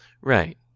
Right